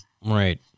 Right